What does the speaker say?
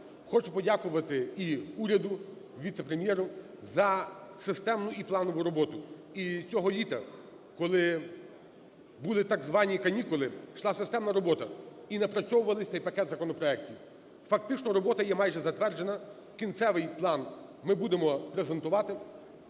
хочу подякувати і уряду, віце-прем'єру за системну і планову роботу. І цього літа, коли були так звані "канікули", йшла системна робота і напрацьовувався цей пакет законопроектів. Фактично робота є майже затверджена, кінцевий план ми будемо презентувати.